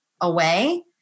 away